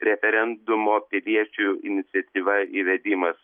referendumo piliečių iniciatyva įvedimas